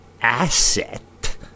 asset